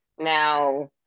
now